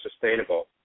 sustainable